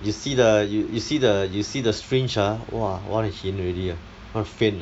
you see the you you see the you see the syringe ah !wah! want to hin already ah want to faint